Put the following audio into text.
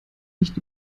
nicht